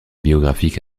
biographiques